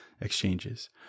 exchanges